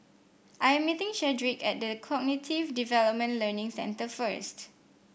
I am meeting Chadrick at The Cognitive Development Learning Centre first